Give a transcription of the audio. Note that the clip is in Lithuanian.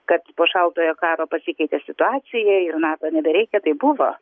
kad po šaltojo karo pasikeitė situacija ir nato nebereikia tai buvo